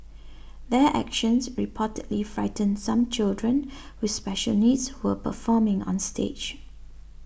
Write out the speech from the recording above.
their actions reportedly frightened some children with special needs who were performing on stage